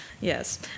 Yes